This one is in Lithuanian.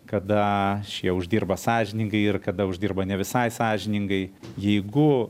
kada šie uždirba sąžiningai ir kada uždirba ne visai sąžiningai jeigu